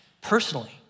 personally